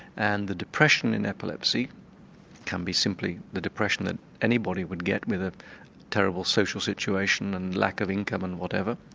and the depression in epilepsy can be simply the depression that anybody would get with a terrible social social situation and lack of income and whatever.